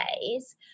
days